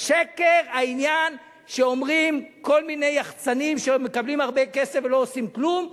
שקר העניין שאומרים כל מיני יחצנים שמקבלים הרבה כסף ולא עושים כלום,